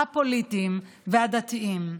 הפוליטיים והדתיים.